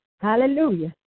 Hallelujah